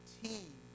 team